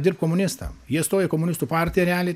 dirbt komunistam jie stoja į komunistų partiją realiai